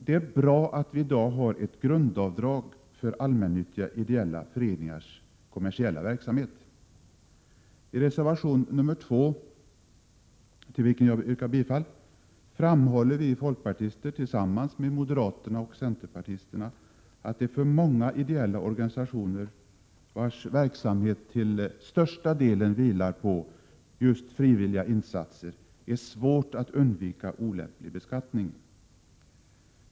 Det är bra att vi i dag har ett grundavdrag för allmännyttiga ideella föreningars kommersiella verksamhet. I reservation nr 2 framhåller vi folkpartister, tillsammans med moderater och centerpartister att det för många ideella organisationer, vilkas verksamhet till största delen vilar på frivilliga insatser, är svårt att undvika olämplig beskattning.